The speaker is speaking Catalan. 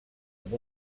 amb